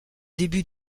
début